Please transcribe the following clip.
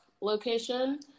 location